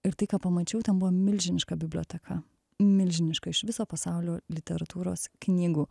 ir tai ką pamačiau ten buvo milžiniška biblioteka milžiniška iš viso pasaulio literatūros knygų